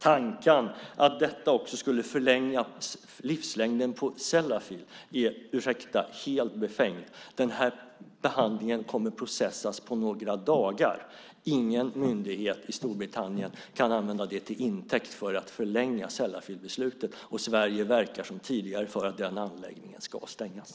Tanken att detta också skulle förlänga livslängden på Sellafield är - ursäkta - helt befängd. Den här behandlingen kommer att processas på några dagar. Ingen myndighet i Storbritannien kan ta det till intäkt för att förlänga Sellafieldsbeslutet, och Sverige verkar som tidigare för att den anläggningen ska stängas.